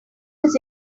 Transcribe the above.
his